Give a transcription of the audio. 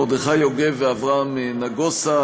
מרדכי יוגב ואברהם נגוסה,